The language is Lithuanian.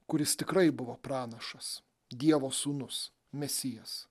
kuris tikrai buvo pranašas dievo sūnus mesijas